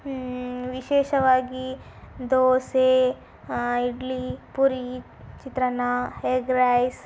ವಿಶೇಷವಾಗಿ dosa idli puri chitranna egg rice